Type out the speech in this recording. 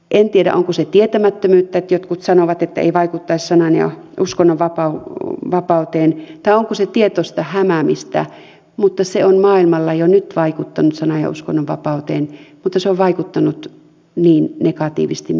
en tiedä onko se tietämättömyyttä että jotkut sanovat että ei vaikuttaisi sanan ja uskonnonvapauteen vai onko se tietoista hämäämistä mutta se on maailmalla jo nyt vaikuttanut sanan ja uskonnonvapauteen se on vaikuttanut niin negatiivisesti myös täällä suomessa